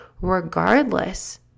regardless